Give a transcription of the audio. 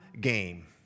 game